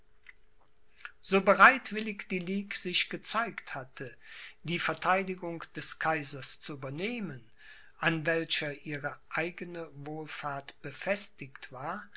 so bereitwillig die ligue sich gezeigt hatte die verteidigung des kaisers zu übernehmen an welcher ihre eigene wohlfahrt befestigt war